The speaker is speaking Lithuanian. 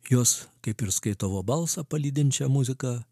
juos kaip ir skaitovo balsą palydinčią muziką